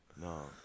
no